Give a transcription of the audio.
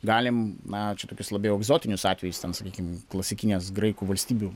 galim na čia tokius labiau egzotinius atvejus ten sakykim klasikinės graikų valstybių